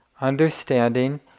understanding